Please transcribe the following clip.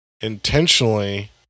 intentionally